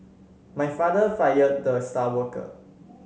my father fired the star worker